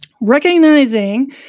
recognizing